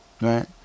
right